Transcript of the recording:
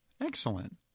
Excellent